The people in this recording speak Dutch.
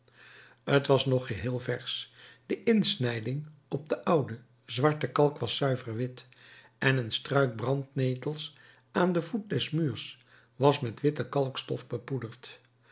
t was nog geheel versch de insnijding op de oude zwarte kalk was zuiver wit en een struik brandnetels aan den voet des muurs was met witte